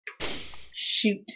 Shoot